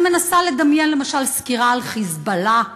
אני מנסה לדמיין, למשל, סקירה על "חיזבאללה",